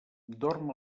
dorm